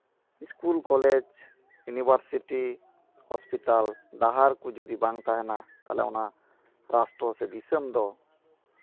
school college university hospital ᱰᱟᱦᱟᱨ ᱠᱚ ᱡᱩᱫᱤ ᱵᱟᱝ ᱛᱟᱦᱮᱱᱟ ᱛᱟᱦᱚᱞᱮ ᱚᱱᱟ ᱨᱟᱥᱴᱨᱚ ᱥᱮ ᱫᱤᱥᱚᱢ ᱫᱚ